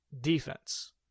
Defense